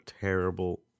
terrible